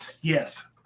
Yes